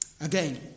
Again